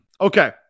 Okay